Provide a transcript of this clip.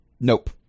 nope